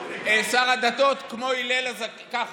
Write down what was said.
שר הדתות, כמו הלל הזקן, ככה,